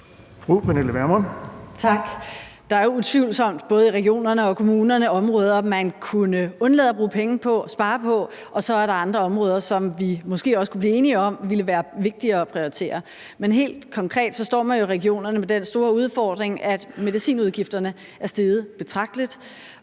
Der er utvivlsomt både i regionerne og i kommunerne områder, man kunne undlade at bruge penge på, spare på, og så er der andre områder, som vi måske også kunne blive enige om ville være vigtigere at prioritere. Men helt konkret står man i regionerne med den store udfordring, at medicinudgifterne er steget betragteligt,